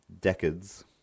decades